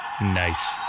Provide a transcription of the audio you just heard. Nice